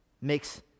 makes